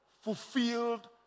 fulfilled